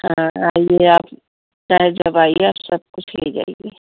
हाँ आइए आप चाहे जब आइए आप सब कुछ ले जाइए